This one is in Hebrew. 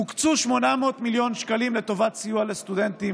הוקצו 800 מיליון שקלים לטובת סיוע לסטודנטים